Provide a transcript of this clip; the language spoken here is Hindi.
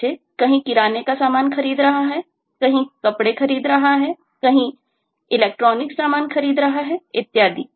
जैसे कहीं किराने का सामान खरीद रहा है कहीं कपड़े खरीद रहा है कहीं इलेक्ट्रानिक सामान खरीद रहा है इत्यादि